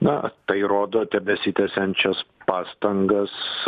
na tai rodo tebesitęsiančias pastangas